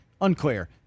Unclear